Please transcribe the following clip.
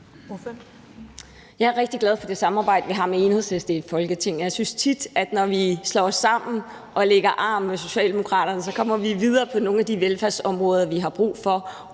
Jeg er rigtig glad for det samarbejde, vi har med Enhedslisten i Folketinget. Jeg synes tit, at vi, når vi slår os sammen og lægger arm med Socialdemokratiet, kommer videre på nogle af de velfærdsområder, vi har brug for